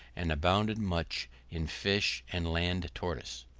and abounded much in fish and land tortoise.